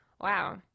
Wow